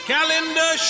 Calendar